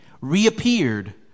reappeared